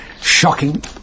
shocking